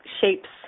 shapes